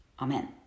Amen